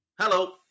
hello